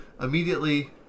immediately